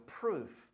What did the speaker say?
proof